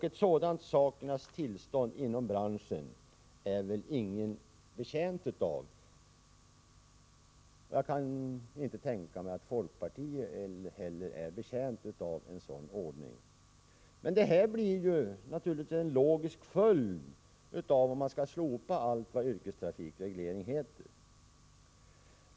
Ett sådant sakernas tillstånd inom branschen är väl ingen betjänt av? Jag kan inte tänka mig att folkpartiet heller är betjänt av en sådan ordning. Men detta blir naturligtvis en logisk följd om man skall slopa allt vad yrkestrafikreglering heter.